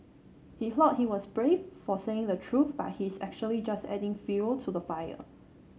he thought he was brave for saying the truth but he's actually just adding fuel to the fire